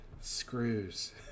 Screws